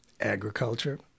agriculture